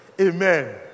amen